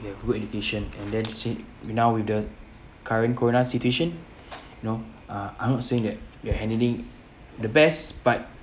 we have good education and then since now with the current corona situation know uh I'm not saying that we're handling the best but